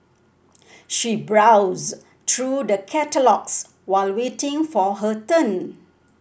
she browsed through the catalogues while waiting for her turn